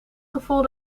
gevoel